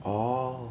orh